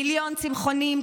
מיליון צמחונים,